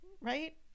Right